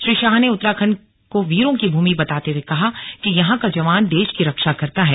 श्री शाह ने उत्तराखंड को वीरों की भूमि बताते हुये कहा कि यहां का जवान देश की रक्षा करता है